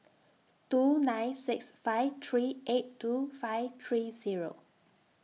two nine six five three eight two five three Zero